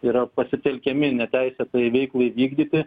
yra pasitelkiami neteisėtai veiklai vykdyti